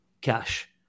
cash